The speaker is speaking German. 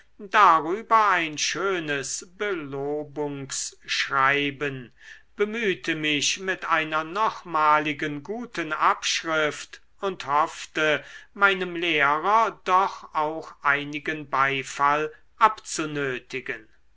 darüber ein schönes belobungsschreiben bemühte mich mit einer nochmaligen guten abschrift und hoffte meinem lehrer doch auch einigen beifall